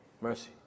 mercy